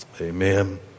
Amen